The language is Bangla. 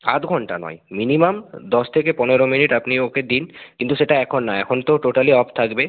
আধ ঘন্টা নয় মিনিমাম দশ থেকে পনেরো মিনিট আপনি ওকে দিন কিন্তু সেটা এখন না এখন তো টোটালি অফ থাকবে